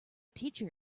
teacher